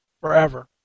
Forever